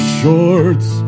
shorts